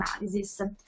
analysis